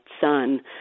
son